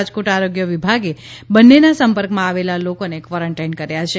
રાજકોટ આરોગ્ય વિભાગે બંનેના સંપર્કમાં આવેલા લોકોને ક્વોરન્ટાઇન કર્યા છે